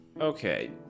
Okay